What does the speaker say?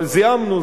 אבל זיהמנו,